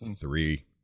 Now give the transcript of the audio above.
three